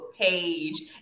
page